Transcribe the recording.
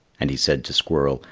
and he said to squirrel,